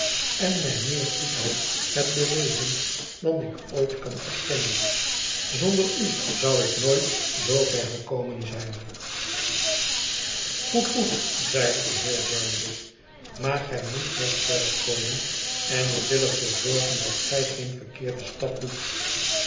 en mij meer goedheid hebt bewezen dan ik ooit kan erkennen zonder u zou ik nooit zoover gekomen zijn goed goed zeide de heer jarndyce maar gij moet nog verder komen en ik wil er voor zorgen dat gij geen verkeerden stap doet